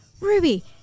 ruby